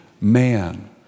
man